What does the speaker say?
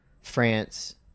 France